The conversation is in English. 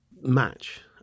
match